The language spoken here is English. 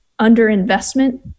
underinvestment